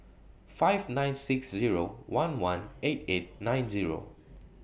five nine six Zero one one eight eight nine Zero